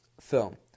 film